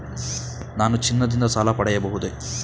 ನಾನು ಚಿನ್ನದಿಂದ ಸಾಲ ಪಡೆಯಬಹುದೇ?